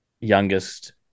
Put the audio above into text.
Youngest